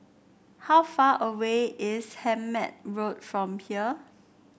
how far away is Hemmant Road from here